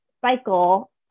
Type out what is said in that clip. cycle